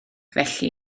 felly